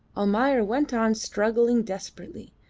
almayer went on struggling desperately,